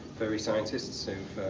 furry scientists who've